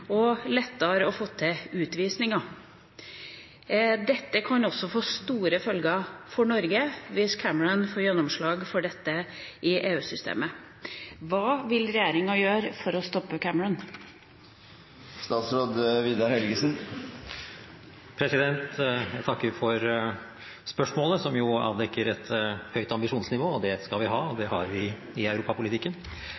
og lettere få til utvisninger. Det kan også få store følger for Norge hvis Cameron får gjennomslag for dette i EU-systemet. Hva vil regjeringa gjøre for å stoppe Cameron? Jeg takker for spørsmålet, som jo avdekker et høyt ambisjonsnivå. Det skal vi ha, og det har vi i europapolitikken.